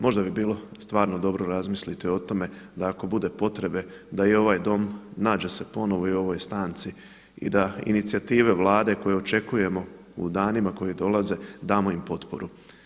Možda bi bilo stvarno dobro razmisliti o tome da ako bude potrebe da i ovaj Dom nađe se ponovo i u ovoj stanci i da inicijative Vlade koje očekujemo u danima koji dolaze damo im potporu.